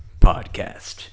Podcast